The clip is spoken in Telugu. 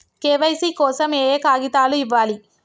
కే.వై.సీ కోసం ఏయే కాగితాలు ఇవ్వాలి?